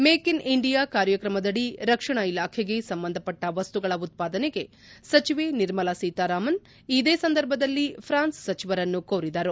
ಮೆಕ್ in India ಕಾರ್ಯಕ್ರಮದಡಿ ರಕ್ಷಣಾ ಇಲಾಖೆಗೆ ಸಂಬಂಧಪಟ್ಟ ವಸ್ತುಗಳ ಉತ್ಪಾದನೆಗೆ ಸಚಿವೆ ನಿರ್ಮಲಾ ಸೀತಾರಾಮನ್ ಇದೇ ಸಂದರ್ಭದಲ್ಲಿ ಫ್ರಾನ್ಸ್ ಸಚಿವರನ್ನು ಕೋರಿದರು